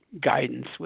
guidance